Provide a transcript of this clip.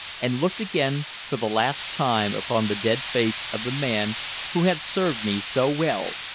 and looked again for the last time upon the dead face of the man who had served me so well,